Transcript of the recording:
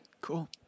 Cool